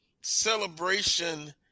celebration